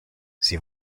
sie